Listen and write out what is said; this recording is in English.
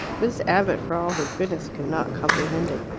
miss abbott, for all her goodness, could not comprehend it,